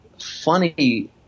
funny